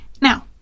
Now